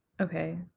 Okay